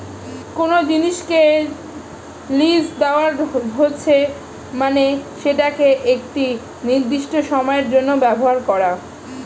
কোনো জিনিসকে লীজ দেওয়া হচ্ছে মানে সেটাকে একটি নির্দিষ্ট সময়ের জন্য ব্যবহার করা